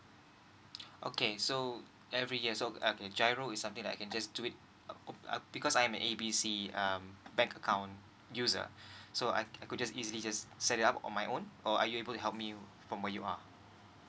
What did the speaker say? okay so every year okay so G_I_R_O is something that I can just do it uh !oops! uh because I'm a A B C um bank account user so I could just easily just set it up on my own or are you able to help me from where you are